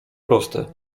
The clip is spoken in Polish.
proste